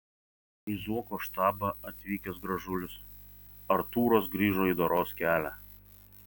į zuoko štabą atvykęs gražulis artūras grįžo į doros kelią